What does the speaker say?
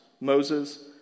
Moses